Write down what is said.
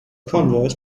convoys